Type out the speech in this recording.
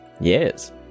Yes